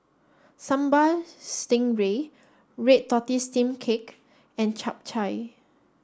Sambal Stingray Red Tortoise Steamed Cake and Chap Chai